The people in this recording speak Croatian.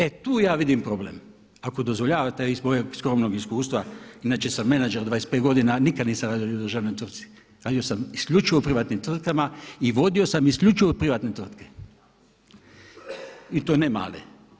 E tu ja vidim problem, ako dozvoljavate iz mojeg skromnog iskustva, inače sam menadžer 25 godina a nikad nisam radio u državnoj tvrtki, radio sam isključivo u privatnim tvrtkama i vodio sam isključivo privatne tvrtke i to ne male.